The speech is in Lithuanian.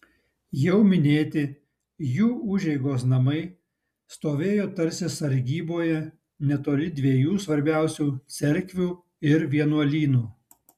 jau minėti jų užeigos namai stovėjo tarsi sargyboje netoli dviejų svarbiausių cerkvių ir vienuolynų